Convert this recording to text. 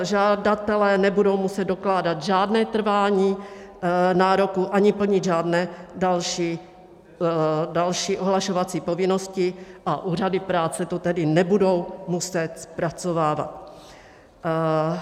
Žadatelé nebudou muset dokládat žádné trvání nároku ani plnit žádné další ohlašovací povinnosti, a úřady práce to tedy nebudou muset zpracovávat.